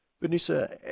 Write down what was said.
Vanessa